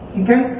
okay